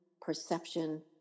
perception